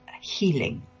healing